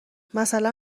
مثلا